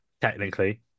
technically